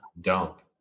dump